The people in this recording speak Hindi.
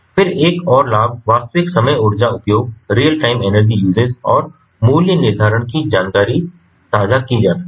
फिर एक और लाभ वास्तविक समय ऊर्जा उपयोग और मूल्य निर्धारण की जानकारी साझा की जा सकती है